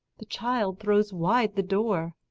the child throws wide the door,